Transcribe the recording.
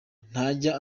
ntajya